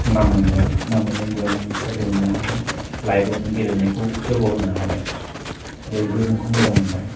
नाम मोनबाय नाम मोननायनिफ्राय नों साख्रि मोन्नो हागोन लाइफआव नों गेलेनायखौ जौगाहोनो हाबाय बयबो नोंखौ मोजां मोनबाय